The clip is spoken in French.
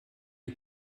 les